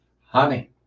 honey